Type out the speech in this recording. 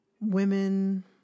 women